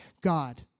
God